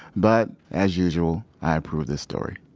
but, as usual, i approve this story